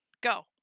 Go